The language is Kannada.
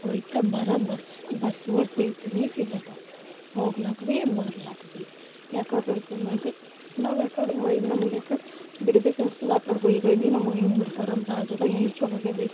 ಹೋಗ್ತ ಬರೋ ಬರ್ಸ್ ಬಸ್ಸುಗಳು ಸಿಗ್ತಾನೇ ಸಿಗ್ಲತ್ತಾವ ಹೋಗ್ಲಿಕ್ಕೆ ಭೀ ಬರ್ಲಿಕ್ಕೆ ಭೀ ಯಾಕಡೆ ಹೋಗ್ತೆ ಅಂದರೆ ಭೀ ನಾವು ಯಾಕಡೆ ಒಯ್ದು ನಮ್ಗೆ ಯಾಕಡೆ ಬಿಡ್ಬೇಕು ಅನಿಸ್ತದೆ ಆಕಡೆ ಒಯ್ದೊಯ್ದು ನಮಗೆ ಈಗ ಬಿಡ್ತಾರೆ ನಮ್ಮ ರಾಜ್ಯದಾಗ ಇಷ್ಟು ಚಲೋ ಆಗ್ಯಾದೀಗ